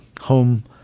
home